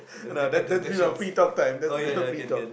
no that that free talk time free talk